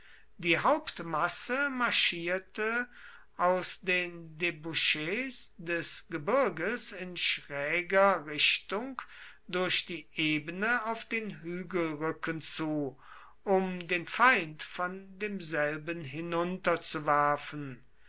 die hauptmasse marschierte aus den debouchs des gebirges in schräger richtung durch die ebene auf den hügelrücken zu um den feind von demselben